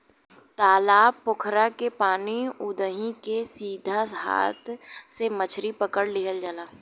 तालाब पोखरा के पानी उदही के सीधा हाथ से मछरी पकड़ लिहल जाला